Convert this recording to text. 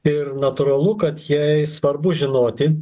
ir natūralu kad jai svarbu žinoti